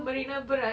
marina barrage